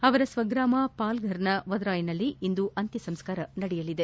ಅವರ ಸ್ವಗ್ರಾಮ ಪಾಲ್ಗರ್ನ ವದ್ರಾಯ್ನಲ್ಲಿ ಇಂದು ಅಂತ್ಯ ಸಂಸ್ಕಾರ ನಡೆಯಲಿದೆ